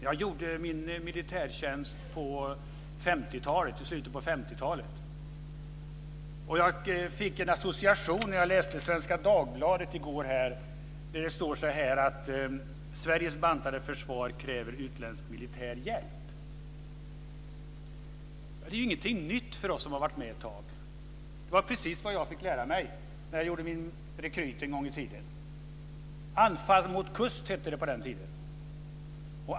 Jag gjorde min militärtjänst i slutet på 50-talet. I Svenska Dagbladet i går stod att Sveriges bantade försvar kräver utländsk militär hjälp. Jag fick en association när jag läste det. Det är ingenting nytt för oss som har varit med ett tag. Det var precis vad jag fick lära mig när jag gjorde min rekryt, en gång i tiden. "Anfall mot kust" hette det på den tiden.